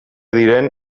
diren